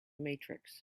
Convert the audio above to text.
matrix